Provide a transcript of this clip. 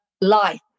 life